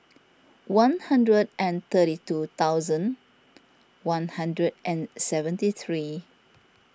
one hundred and thirty two thousand one hundred and seventy three